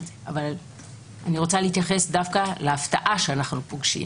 אבל אני רוצה להתייחס דווקא להפתעה שאנחנו פוגשים.